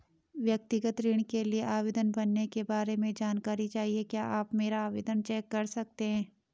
व्यक्तिगत ऋण के लिए आवेदन भरने के बारे में जानकारी चाहिए क्या आप मेरा आवेदन चेक कर सकते हैं?